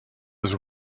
was